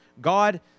God